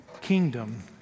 kingdom